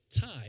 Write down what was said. time